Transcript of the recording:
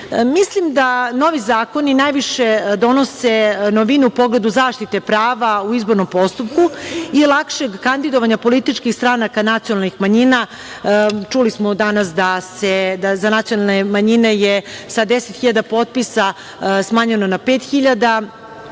Srbiji. Mislim da novi zakoni najviše donose novinu u pogledu zaštite prava u izbornom postupku i lakšeg kandidovanja političkih stranaka nacionalnih manjina. Čuli smo danas da je za nacionalne manjine sa 10.000 potpisa smanjeno na 5.000